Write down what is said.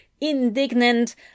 indignant